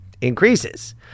increases